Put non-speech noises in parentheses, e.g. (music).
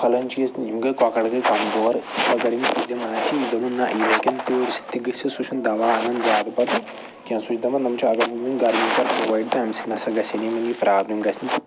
فَلٲنۍ چیٖز نہٕ یِم گٔے کۄکَر گٔے کمزور (unintelligible) گٔژھِن سُہ چھُ نہٕ دوا اَنان زیادٕ پَتہٕ کینٛہہ سُہ چھُ دَپان یِم چھِ اگر بہٕ یمن گرمی کَرٕ پورِ تہٕ اَمہِ سۭتۍ نہ گَژھِ نہٕ یِمَن یہِ پرابلم گَژھِ نہٕ